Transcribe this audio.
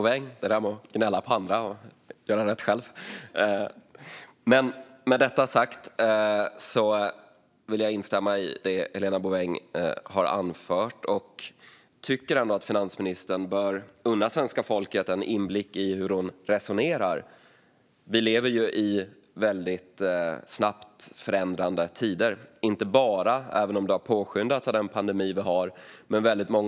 Fru talman! Jag vill instämma i det Helena Bouveng har anfört. Jag tycker att finansministern bör unna svenska folket en inblick i hur hon resonerar. Vi lever ju i tider av väldigt snabba förändringar. Många näringsidkare och mindre företagare har det tufft i konkurrensen med näthandeln.